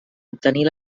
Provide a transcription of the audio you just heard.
obtenir